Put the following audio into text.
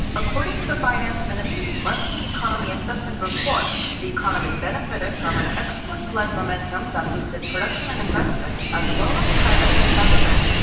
according to the finance ministry's monthly economy assessment report, the economy benefited from an exports-led momentum that boosted production and investment, as well as private consumption.